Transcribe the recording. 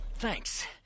Thanks